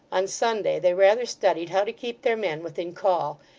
on sunday, they rather studied how to keep their men within call,